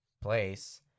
place